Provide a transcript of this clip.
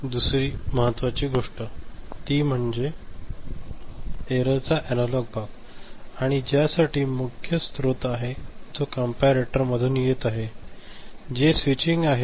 तर दुसरी ही गोष्ट जी महत्वाची आहे ती म्हणजे एररचा एनालॉग भाग आणि ज्यासाठी मुख्य स्रोत आहे जो कंपॅरेटरमधून येत आहे जे स्वीटचिंग आहे